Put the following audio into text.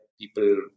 people